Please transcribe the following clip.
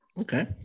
Okay